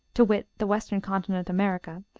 to wit, the western continent, america,